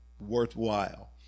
worthwhile